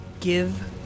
Give